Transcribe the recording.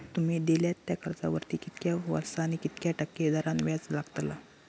तुमि दिल्यात त्या कर्जावरती कितक्या वर्सानी कितक्या टक्के दराने व्याज लागतला?